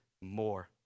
more